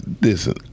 Listen